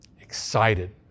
excited